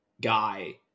guy